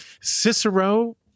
Cicero